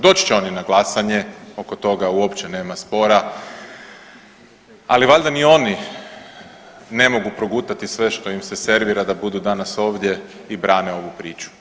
Doći će oni na glasanje, oko toga uopće nema spora, ali valjda ni oni ne mogu progutati sve što im se servira da budu danas ovdje i brane ovu priču.